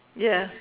ya